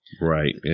Right